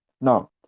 Now